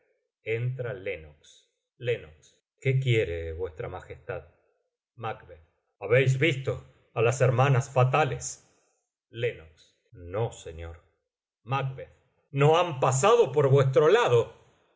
ahí afuera entra lennox len qué quiere vuesta majestad macb habéis visto á las hermanas fatales len no señor macb no han pasado por vuestro lado